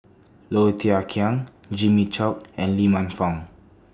Low Thia Khiang Jimmy Chok and Lee Man Fong